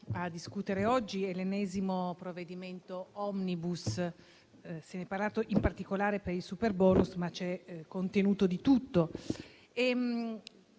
a discutere oggi è l'ennesimo provvedimento *omnibus*. Se n'è parlato in particolare per il superbonus, ma vi è contenuto di tutto.